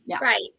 right